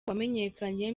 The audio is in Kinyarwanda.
wamenyekanye